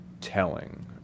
telling